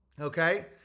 Okay